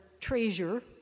treasure